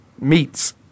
meets